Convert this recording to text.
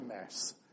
mess